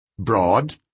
broad